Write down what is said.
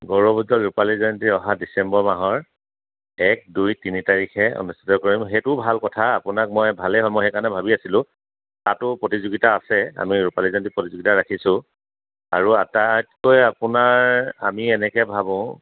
গৌৰৱোজ্জল ৰূপালী জয়ন্তী অহা ডিচেম্বৰ মাহৰ এক দুই তিনি তাৰিখে অনুষ্ঠিত কৰিম সেইটোও ভাল কথা আপোনাক মই ভালেই হ'ল সেইকাৰণে ভাবি আছিলোঁ তাতো প্ৰতিযোগিতা আছে আমি ৰূপালী জয়ন্তী প্ৰতিযোগিতা ৰাখিছোঁ আৰু আটাইতকৈ আপোনাৰ আমি এনেকৈ ভাবোঁ